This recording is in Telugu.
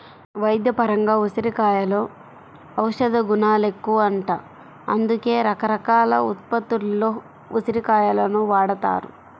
వైద్యపరంగా ఉసిరికలో ఔషధగుణాలెక్కువంట, అందుకే రకరకాల ఉత్పత్తుల్లో ఉసిరి కాయలను వాడతారు